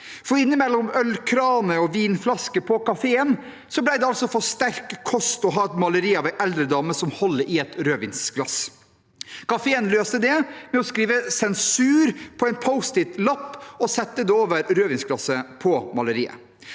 Innimellom ølkraner og vinflasker på kafeen ble det altså for sterk kost å ha et maleri av en eldre dame som holder i et rødvinsglass. Kafeen løste det ved å skrive «sensur» på en Post-it-lapp og sette den over rødvinsglasset på maleriet.